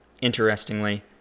Interestingly